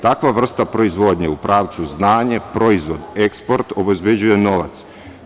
Takva vrsta proizvodnje u pravcu znanje, eksport, obezbeđuje novac.